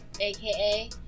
AKA